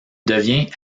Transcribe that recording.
devient